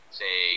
say